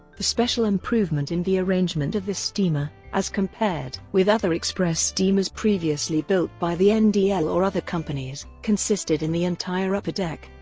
the special improvement in the arrangement of this steamer, as compared with other express steamers previously built by the and ndl or other companies, consisted in the entire upper deck.